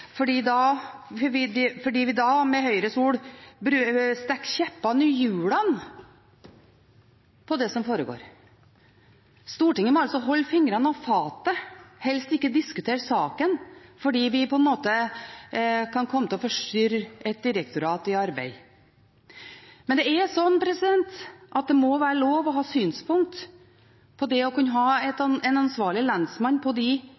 fordi vi da – med Høyres ord – stikker kjepper i hjulene for det som foregår. Stortinget må altså holde fingrene av fatet og helst ikke diskutere saken fordi vi kan komme til å forstyrre et direktorat i arbeid. Men det må være lov å ha synspunkter på det å kunne ha en ansvarlig lensmann på de lensmannskontorene som nå er igjen. Det må være lov å ha synspunkter på at Holmlia må kunne